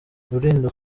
rulindo